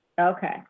Okay